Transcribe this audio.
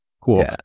Cool